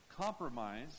compromise